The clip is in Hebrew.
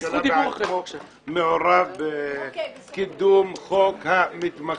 שראש הממשלה מעורב בקידום חוק המתמחים.